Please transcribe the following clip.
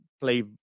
play